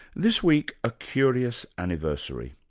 this week, a curious anniversary.